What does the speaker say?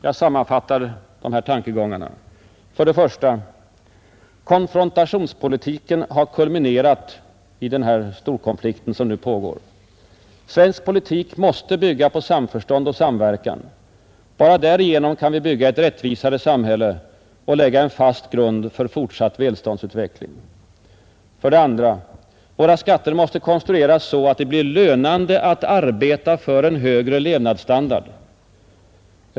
Jag sammanfattar de tankegångar jag här utvecklat. 1. Konfrontationspolitiken har kulminerat i dagens storkonflikt. Svensk politik måste bygga på samförstånd och samverkan. Blott därigenom kan vi bygga ett rättvisare samhälle och lägga en fast grund för fortsatt välståndsutveckling. 2. Våra skatter måste konstrueras så, att det blir lönande att arbeta för en högre levnadsstandard.